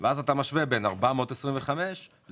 אז אתה משווה בין 425 ל-515,